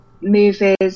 movies